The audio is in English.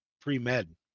pre-med